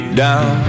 down